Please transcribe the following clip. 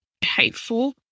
hateful